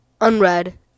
unread